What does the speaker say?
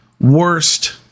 worst